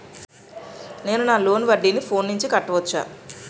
నేను నా లోన్ వడ్డీని ఫోన్ నుంచి కట్టవచ్చా?